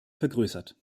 vergrößert